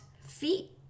feet